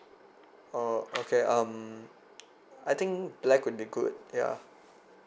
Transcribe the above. oh okay um I think black would be good yeah